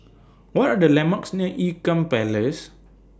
What Are The landmarks near Ean Kiam Place